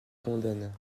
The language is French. condamne